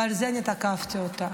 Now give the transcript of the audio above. ועל זה תקפתי אותה.